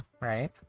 right